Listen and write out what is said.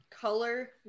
color